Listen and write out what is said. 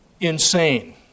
insane